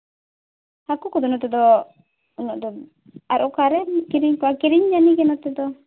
ᱦᱟᱹᱠᱩ ᱠᱚᱫᱚ ᱱᱚᱛᱮ ᱫᱚ ᱩᱱᱟᱹᱜ ᱫᱚ ᱟᱨ ᱚᱠᱟᱨᱮᱢ ᱠᱤᱨᱤᱧ ᱠᱚᱣᱟ ᱠᱤᱨᱤᱧ ᱡᱟᱹᱱᱤᱜᱮ ᱱᱚᱛᱮ ᱫᱚ